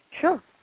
Sure